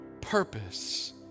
purpose